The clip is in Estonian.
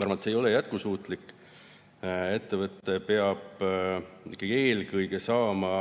et see ei ole jätkusuutlik. Ettevõte peab ikkagi eelkõige saama